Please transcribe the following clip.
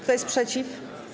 Kto jest przeciw?